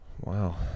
Wow